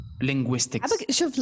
linguistics